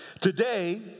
Today